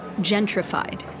gentrified